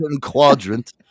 quadrant